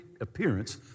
appearance